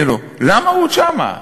למה הוא עוד שם?